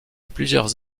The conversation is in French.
plusieurs